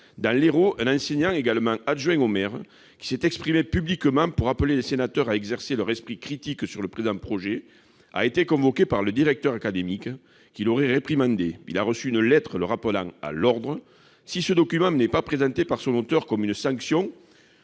dans l'Hérault, un enseignant également adjoint au maire qui s'est exprimé publiquement pour appeler les sénateurs à exercer leur esprit critique sur le présent projet de loi a été convoqué par le directeur académique, qui l'aurait réprimandé. Il a reçu une lettre le rappelant à l'ordre. Si ce document n'est pas présenté par son auteur comme une sanction,